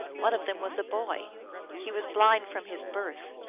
one of them was a boy he was blind from his birth,